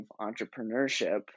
entrepreneurship